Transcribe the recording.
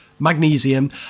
magnesium